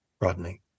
Rodney